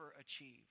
achieve